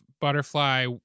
butterfly